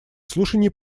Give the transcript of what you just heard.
слушаний